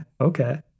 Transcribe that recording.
Okay